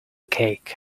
cake